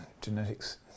genetics